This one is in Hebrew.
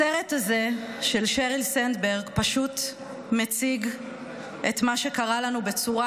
הסרט הזה של שריל סנדברג פשוט מציג את מה שקרה לנו בצורה,